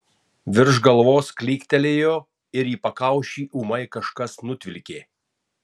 virš galvos klyktelėjo ir pakaušį ūmai kažkas nutvilkė